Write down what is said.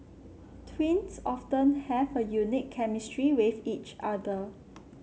twins often have a unique chemistry with each other